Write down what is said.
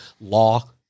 law